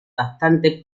bastante